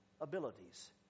abilities